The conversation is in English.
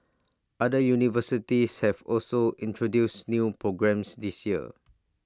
other universities have also introduced new programmes this year